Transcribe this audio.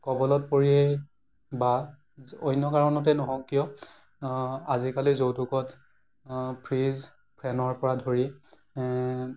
কবলত পৰিয়ে বা অন্য কাৰণতেই নহওক কিয় আজিকালি যৌতুকত ফ্ৰীজ ফেনৰ পৰা ধৰি